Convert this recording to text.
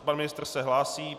Pan ministr se hlásí.